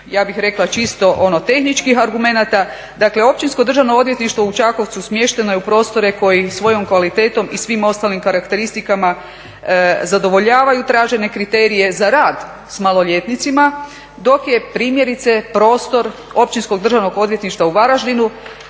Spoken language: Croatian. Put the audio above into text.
ja bih rekla čisto tehničkih argumenata. Dakle Općinsko državno odvjetništvo u Čakovcu smješteno je u prostore koje svojom kvalitetom i svima ostalim karakteristikama zadovoljavaju tražene kriterije za rad s maloljetnicima dok je primjerice prostor Općinskog državnog odvjetništva u Varaždinu